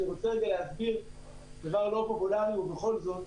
אני רוצה רגע להסביר דבר לא פופולרי ובכל זאת.